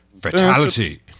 Fatality